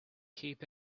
keep